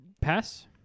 pass